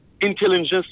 intelligence